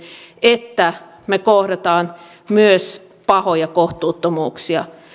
että me kohtaamme myös pahoja kohtuuttomuuksia